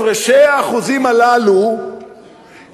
הפרשי האחוזים הללו